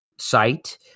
site